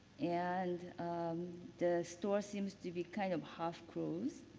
and the store seems to be kind of half closed.